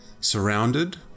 surrounded